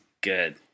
good